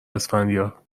اسفندیار